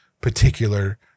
particular